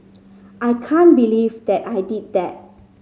I can't believe that I did that